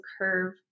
curve